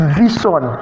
vision